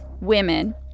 women